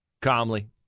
calmly